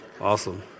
Awesome